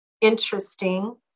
interesting